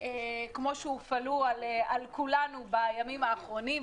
ויכולת להפעיל לחצים כפי שהופעלו על כולנו בימים האחרונים,